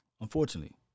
Unfortunately